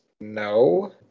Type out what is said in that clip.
no